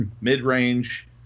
mid-range